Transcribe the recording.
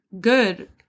good